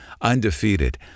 Undefeated